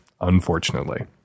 unfortunately